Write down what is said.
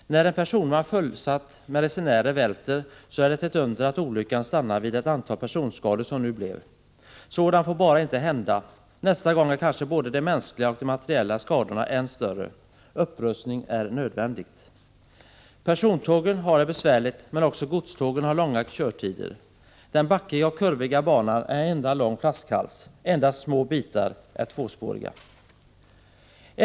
När en personvagn fullsatt med resenärer välter, så är det ett under att olyckan stannar vid det antal personskador som nu blev. Sådant får bara inte hända! Nästa gång är kanske både de mänskliga och de materiella skadorna ännu större. Upprustning är nödvändig! Persontågen har det besvärligt men också godstågen har långa körtider. Den backiga och kurviga banan är en enda lång flaskhals. Endast små bitar är tvåspåriga.